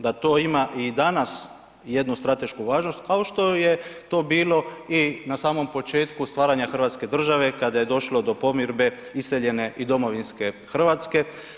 Da to ima i danas jednu stratešku važnost, kao što je to bilo i na samom početku stvaranja Hrvatske države, kada je došlo do pomirbe iseljene i domovinske Hrvatske.